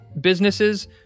businesses